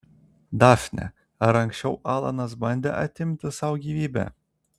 dafne ar anksčiau alanas bandė atimti sau gyvybę